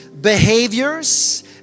behaviors